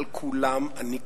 על כולם אני כואב.